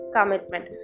commitment